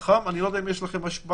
אני לא יודע אם יש לכם השפעה,